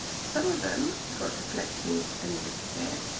some of them got deflected a little bit,